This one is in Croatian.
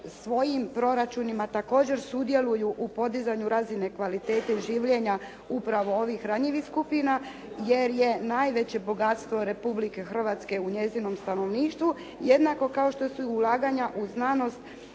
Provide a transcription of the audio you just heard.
svojim proračunima također sudjeluju u podizanju razine kvalitete i življenja upravo ovih ranjivih skupina, jer je najveće bogatstvo Republike Hrvatske u njezinom stanovništvu, jednako kao što su ulaganja u znanost